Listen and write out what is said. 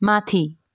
माथि